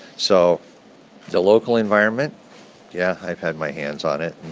so the local environment yeah, i've had my hands on it